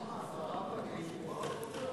הוא רק רוצח,